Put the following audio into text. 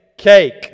cake